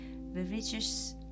religious